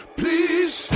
please